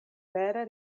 vere